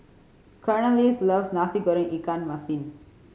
Cornelius loves Nasi Goreng ikan masin